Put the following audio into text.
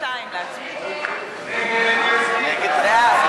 מסעוד גנאים, ג'מאל זחאלקה,